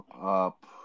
up